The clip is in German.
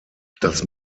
das